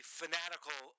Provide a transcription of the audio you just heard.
fanatical